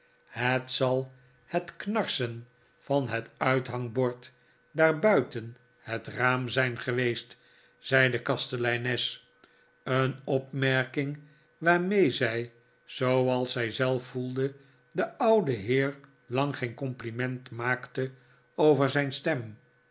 het zal het knarsen van het uithangbord daar buiten het raam zijn geweest zei de kasteleines een opmerking waarmee zij zooals zij zelf voelde den ouden heer lang geen compliment maakte over zijn stem